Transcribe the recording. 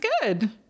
good